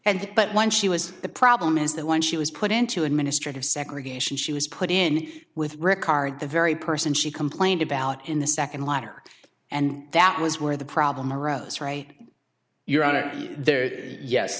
and but when she was the problem is that when she was put into administrative segregation she was put in with regard the very person she complained about in the second letter and that was where the problem arose from your hon